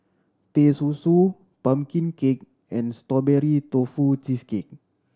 Teh Susu pumpkin cake and Strawberry Tofu Cheesecake